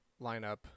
lineup